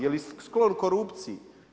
Je li sklon korupcije?